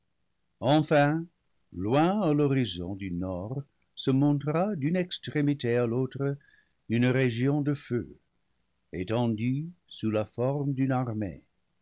enfin loin à l'horizon du nord se montra d'une extrémité à l'autre une région de feu étendue sous la forme d'une armée